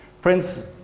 Friends